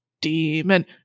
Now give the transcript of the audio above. demon